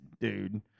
dude